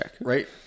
right